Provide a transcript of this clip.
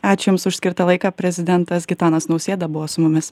ačiū jums už skirtą laiką prezidentas gitanas nausėda buvo su mumis